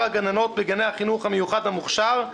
הגננות בגני החינוך המיוחד המוכש”ר,